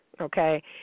Okay